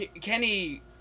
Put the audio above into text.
Kenny